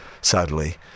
sadly